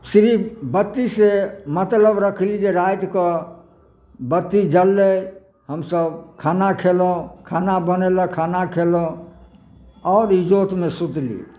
सिरिफ बत्ती से मतलब रखली जे रातिकऽ बत्ती जललै हमसब खाना खेलहुॅं खाना बनेलक खाना खेलहुॅं आओर इजोतमे सुतली